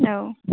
औ